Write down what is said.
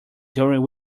during